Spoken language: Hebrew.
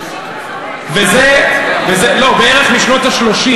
חשבתי שהמדינה רק בת 65. לא, בערך משנות ה-30.